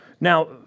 now